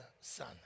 son